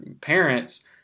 parents